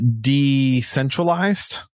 decentralized